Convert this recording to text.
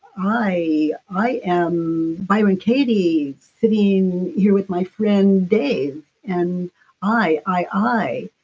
i i am byron katie's sitting here with my friend dave and i, i, i.